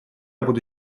буду